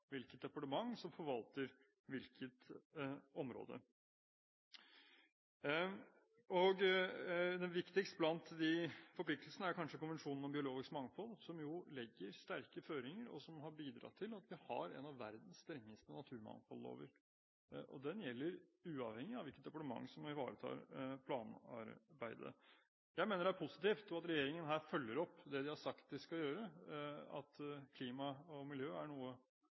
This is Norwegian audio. Viktigst blant disse forpliktelsene er kanskje Konvensjonen om biologisk mangfold, som legger sterke føringer, og som har bidratt til at vi har en av verdens strengeste naturmangfoldlover. Den gjelder uavhengig av hvilket departement som ivaretar planarbeidet. Jeg mener det er positivt at regjeringen her følger opp det de har sagt de skal gjøre, at klima og miljø er noe